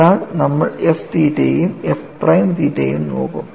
അതിനാൽ നമ്മൾ f തീറ്റയെയും f പ്രൈം തീറ്റയെയും നോക്കും